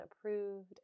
approved